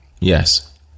Yes